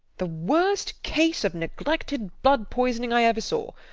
the worst case of neglected blood-poisoning i ever saw.